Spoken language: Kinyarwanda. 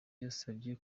yasabye